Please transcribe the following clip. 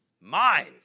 mind